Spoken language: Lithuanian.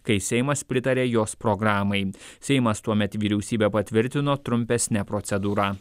kai seimas pritaria jos programai seimas tuomet vyriausybę patvirtino trumpesne procedūra